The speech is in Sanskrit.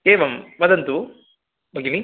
एवम् वदन्तु भगिनी